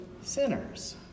sinners